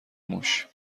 موش